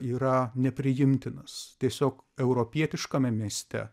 yra nepriimtinas tiesiog europietiškame mieste